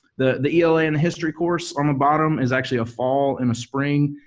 the the ela and the history course on the bottom is actually a fall and a spring,